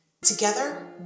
together